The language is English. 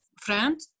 friend